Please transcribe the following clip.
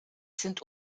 sind